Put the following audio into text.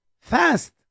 fast